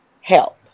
help